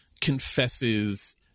confesses